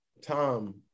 Tom